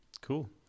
Cool